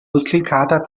muskelkater